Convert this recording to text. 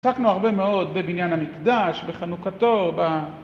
עסקנו הרבה מאוד בבניין המקדש, בחנוכתו, ב...